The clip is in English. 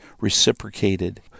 reciprocated